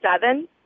seven